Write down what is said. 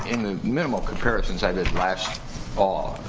and the minimum comparisons i did last all